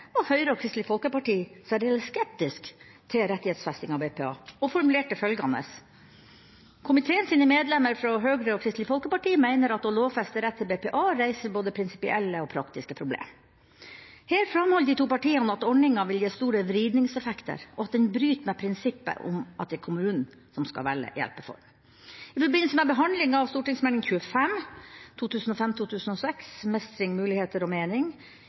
var Høyre og Kristelig Folkeparti særdeles skeptiske til rettighetsfesting av BPA og formulerte følgende: «Komiteen sine medlemer frå Høgre og Kristeleg Folkeparti meiner at å lovfeste retten til BPA reiser både prinsipielle og praktiske problem.» Her framholder de to partiene at ordninga vil gi store vridningseffekter, og at den bryter med prinsippet om at det er kommunen som skal velge hjelpeform. I forbindelse med behandlinga av Meld. St. 25 for 2005–2006, Mestring, muligheter og mening,